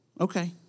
Okay